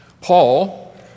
Paul